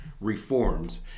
reforms